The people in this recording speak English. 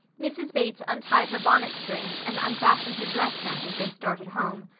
mrs. bates untied her bonnet strings and unfastened her dress neck as they started home.